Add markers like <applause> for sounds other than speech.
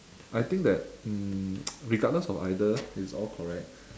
I think that um <noise> regardless of either it's all correct